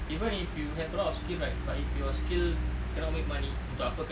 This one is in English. even if you have a lot of skills right but if your skill cannot make money untuk apa kan